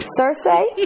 Cersei